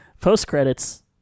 Post-credits